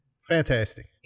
fantastic